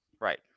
right